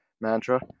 mantra